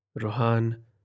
Rohan